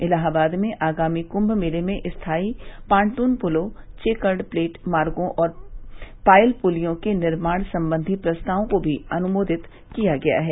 इलाहाबाद में आगामी कुंम मेले में स्थायी पान्टून पुलों चेकर्ड प्लेट मार्गो और पाइल पुलियों के निर्माण संबंधी प्रस्ताव को भी अन्मोदित किया गया है